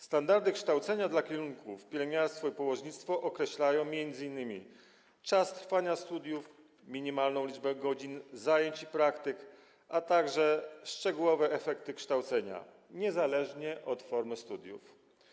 Standardy kształcenia dla kierunków: pielęgniarstwo i położnictwo określają m.in. czas trwania studiów, minimalną liczbę godzin zajęć i praktyk, a także szczegółowe efekty kształcenia, niezależnie od formy studiów.